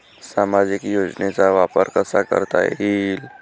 सामाजिक योजनेचा वापर कसा करता येईल?